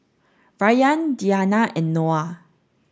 Rayyan Diyana and Noah